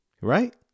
right